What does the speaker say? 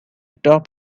top